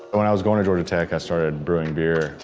when i was going to georgia tech, i started brewing beer,